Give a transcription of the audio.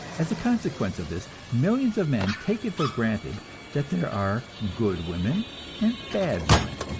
as a consequence of this, millions of men take it for granted that there are good women and bad women,